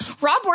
Rob